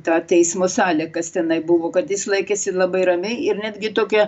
tą teismo salę kas tenai buvo kad jis laikėsi labai ramiai ir netgi tokią